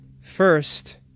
First